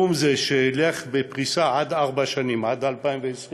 סכום זה, שילך בפריסה עד ארבע שנים, עד 2020,